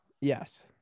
Yes